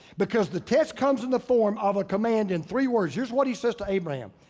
because the test comes in the form of a command in three words. here's what he says to abraham,